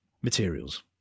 materials